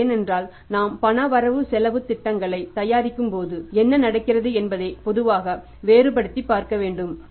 ஏனென்றால் நாம் பண வரவு செலவுத் திட்டங்களைத் தயாரிக்கப் போகும்போது என்ன நடக்கிறது என்பதை பொதுவாக வேறுபடுத்திப் பார்க்கப் போகிறோம்